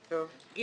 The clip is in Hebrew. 7"(ג)